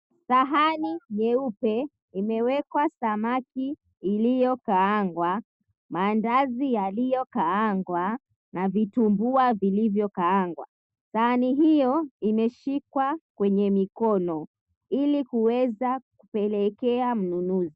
Sahani jeupe imewekwa samaki iliyokaangwa, maandazi yaliyokaangwa, na vitumbua vilivyokaangwa. Sahani hiyo imeshikwa kwenye mikono, ili kuweza kupelekea mnunuzi.